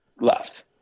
left